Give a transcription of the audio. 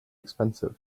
expensive